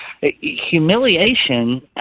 Humiliation –